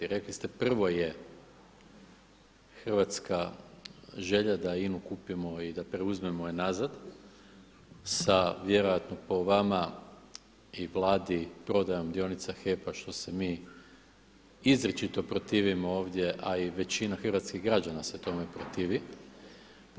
Rekli ste prvo je hrvatska želja da INA-u kupimo i da je preuzmemo nazad sa vjerojatno po vama i Vladi prodajom dionica HEP-a što se mi izričito protivimo ovdje, a i većina hrvatskih građana se protivi tome.